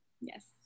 yes